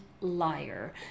Liar